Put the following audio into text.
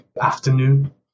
afternoon